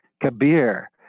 kabir